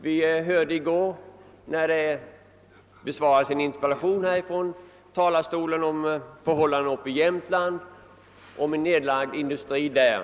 Vi hörde i går vid besvarande av en interpellation relateras för hållanden uppe i Jämtland i samband med nedläggning av en industri där.